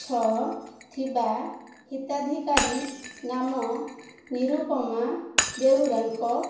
ଛଅ ଥିବା ହିତାଧିକାରୀ ନାମ ନିରୁପମା ବେହୁରାଙ୍କ